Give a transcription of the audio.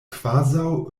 kvazaŭ